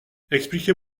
expliquez